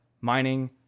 mining